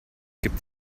gibt